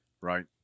right